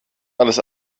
alles